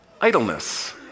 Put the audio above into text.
idleness